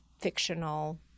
fictional